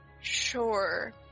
Sure